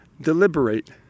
deliberate